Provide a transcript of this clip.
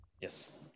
Yes